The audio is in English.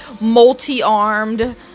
multi-armed